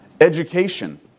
Education